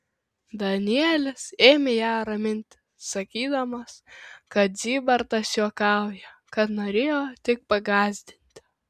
danielis ėmė ją raminti sakydamas kad zybartas juokauja kad norėjo tik pagąsdinti